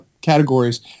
categories